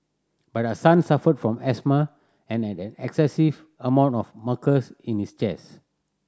but her son suffered from asthma and had an excessive amount of mucus in his chest